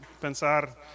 pensar